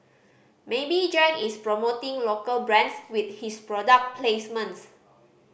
maybe Jack is promoting local brands with his product placements